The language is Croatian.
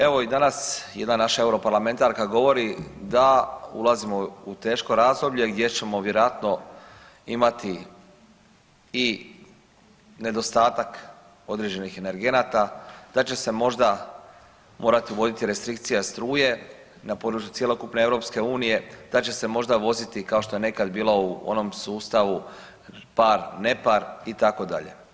Evo i danas jedna naša europarlamentarka govori da ulazimo u teško razdoblje gdje ćemo vjerojatno imati i nedostatak određenih energenata, da će se možda morati uvoditi restrikcija struje na području cjelokupne EU, da će se možda voziti, kao što je nekad bilo u onom sustavu, par-nepar, itd.